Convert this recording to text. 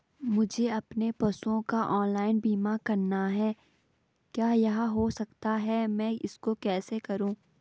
मुझे अपने पशुओं का ऑनलाइन बीमा करना है क्या यह हो सकता है मैं इसको कैसे करूँ?